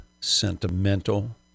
sentimental